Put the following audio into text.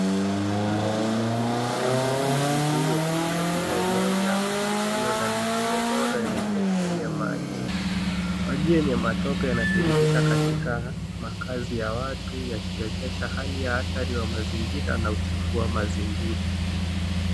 Haya ni mafuriko ya maji ya mvua katika eneo la mji usio na mifumo bora ya mifereji ya maji. Maji yenye matope yanatiririka katika makazi ya watu yakionyesha hali ya hatari ya mazingira na uchafu wa mazingira.